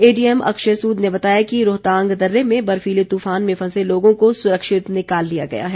ADM Akshay Sood ने बताया है कि रोहतांग दर्रे में बर्फीले तूफान में फंसे लोगों को सुरक्षित निकाल लिया गया है